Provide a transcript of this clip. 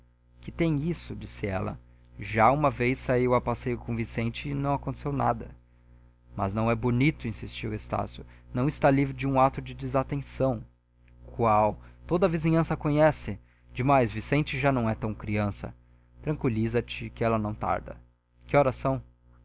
que tem isso disse ela já uma vez saiu a passeio com o vicente e não aconteceu nada mas não é bonito insistiu estácio não está livre de um ato de desatenção qual toda a vizinhança a conhece demais vicente já não é tão criança tranqüiliza te que ela não tarda que horas são